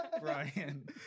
Brian